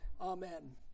Amen